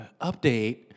update